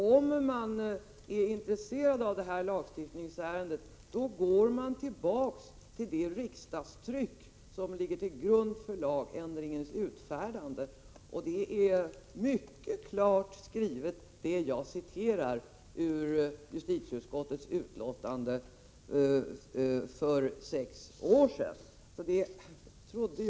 Om man är intresserad av detta lagstiftningsärende, går man ju tillbaka till det riksdagstryck som ligger till grund för lagändringens utfärdande. Det jag citerade ur justitieutskottets betänkande för sex år sedan är mycket klart skrivet.